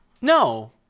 No